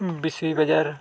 ᱵᱮᱥᱤ ᱵᱟᱡᱟᱨ